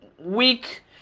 week